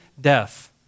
death